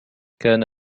كان